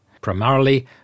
primarily